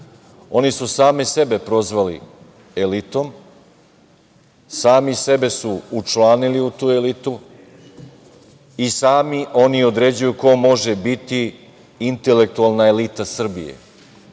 su sami sebe prozvali elitom, sami sebe su učlanili u tu elitu i sami oni određuju ko može biti intelektualna elita Srbije,